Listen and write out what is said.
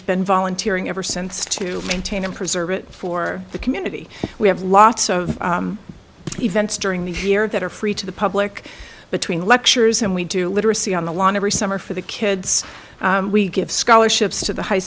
been volunteering ever since to maintain and preserve it for the community we have lots of events during the year that are free to the public between lectures and we do literacy on the lawn every summer for the kids we give scholarships to the high